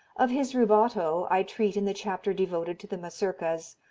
of his rubato i treat in the chapter devoted to the mazurkas,